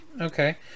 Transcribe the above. Okay